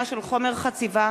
שאותה יציג יושב-ראש ועדת העבודה,